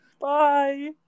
bye